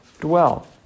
dwell